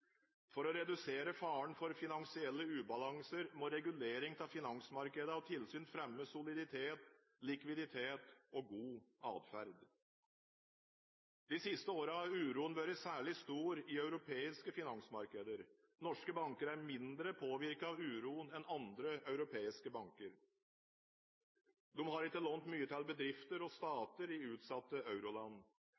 For å redusere faren for finansielle ubalanser må regulering av finansmarkedene og tilsyn fremme soliditet, likviditet og god atferd. De siste årene har uroen vært særlig stor i europeiske finansmarkeder. Norske banker er mindre påvirket av uroen enn andre europeiske banker. De har ikke lånt mye til bedrifter og